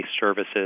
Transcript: services